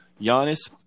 Giannis